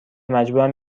مجبورم